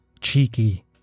cheeky